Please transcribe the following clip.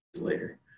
later